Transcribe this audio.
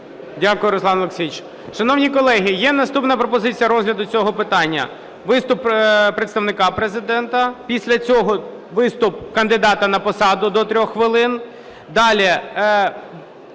Дякую, Руслан Олексійович. Шановні колеги, є наступна пропозиція розгляду цього питання. Виступ представника Президента, після цього виступ кандидата на посаду – до 3 хвилин,